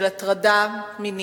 של הטרדה מינית,